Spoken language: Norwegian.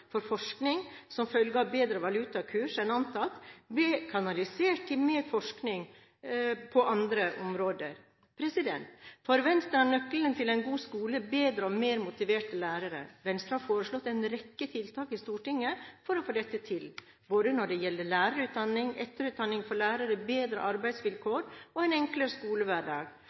for forskning – som følge av bedre valutakurs enn antatt – ble kanalisert til mer forskning på andre områder. For Venstre er nøkkelen til en god skole bedre og mer motiverte lærere. Venstre har foreslått en rekke tiltak i Stortinget for å få dette til, både når det gjelder lærerutdanning, etterutdanning for lærere, bedre arbeidsvilkår og en enklere skolehverdag,